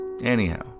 Anyhow